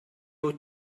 wyt